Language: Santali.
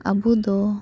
ᱟᱵᱚ ᱫᱚ